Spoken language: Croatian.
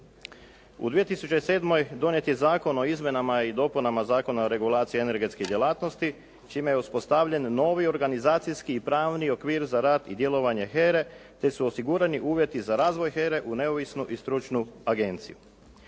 U 2007. donijet je Zakon o izmjenama i dopunama Zakona o regulaciji energetskih djelatnosti čime je uspostavljen novi organizacijski i pravni okvir za rad i djelovanje HERA-e te su osigurani uvjeti za razvoj HERA-e u neovisnu i stručnu agenciju.